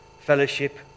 fellowship